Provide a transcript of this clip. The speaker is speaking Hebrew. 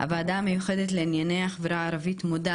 הוועדה המיוחדת לענייני החברה הערבית מודה